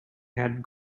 had